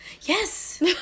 Yes